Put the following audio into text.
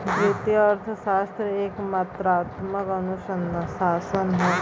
वित्तीय अर्थशास्त्र एक मात्रात्मक अनुशासन हौ